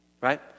right